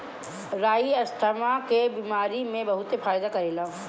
राई asthma के बेमारी में बहुते फायदा करेला